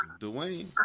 Dwayne